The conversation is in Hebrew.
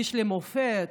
איש למופת,